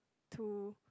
two